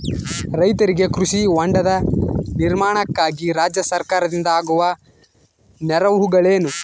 ರೈತರಿಗೆ ಕೃಷಿ ಹೊಂಡದ ನಿರ್ಮಾಣಕ್ಕಾಗಿ ರಾಜ್ಯ ಸರ್ಕಾರದಿಂದ ಆಗುವ ನೆರವುಗಳೇನು?